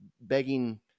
begging